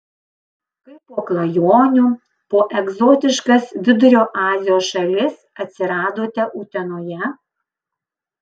kaip po klajonių po egzotiškas vidurio azijos šalis atsiradote utenoje